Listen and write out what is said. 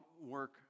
work